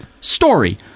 story